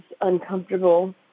uncomfortable